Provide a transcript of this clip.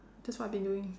that's what I have been doing